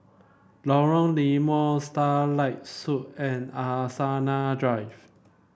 Lorong Limau Starlight Suite and Angsana Drive